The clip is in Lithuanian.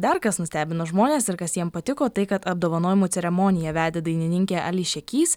dar kas nustebino žmones ir kas jiem patiko tai kad apdovanojimų ceremoniją vedė dainininkė ališia kys